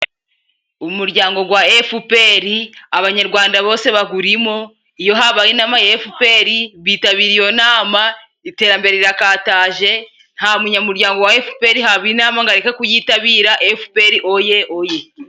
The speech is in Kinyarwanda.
Umuryango gwa efuperi abanyarwanda bose bagurimo. Iyo habaye inama ya efuperi bitabira iyo nama, iterambere rirakataje nta munyamuryango wa efuperi haba inama ngo areke kuyitabira, efuperi oye oye.